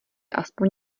aspoň